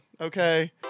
Okay